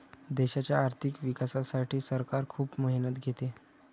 देशाच्या आर्थिक विकासासाठी सरकार खूप मेहनत घेते